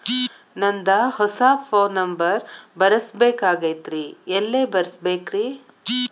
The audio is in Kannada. ನಂದ ಹೊಸಾ ಫೋನ್ ನಂಬರ್ ಬರಸಬೇಕ್ ಆಗೈತ್ರಿ ಎಲ್ಲೆ ಬರಸ್ಬೇಕ್ರಿ?